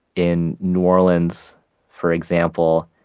in new orleans for example,